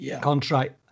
Contract